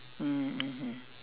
mm mmhmm